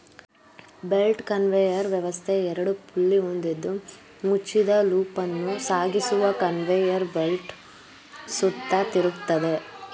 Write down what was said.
belt conveyor ವ್ಯವಸ್ಥೆ ಎರಡು pulley ಹೊಂದಿದ್ದು ಮುಚ್ಚಿದ ಲೂಪನ್ನು ಸಾಗಿಸುವ ಕನ್ವೇಯರ್ ಬೆಲ್ಟ್ ಸುತ್ತ ತಿರುಗ್ತದೆ